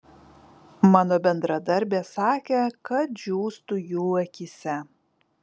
mano bendradarbės sakė kad džiūstu jų akyse